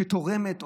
שתורמת,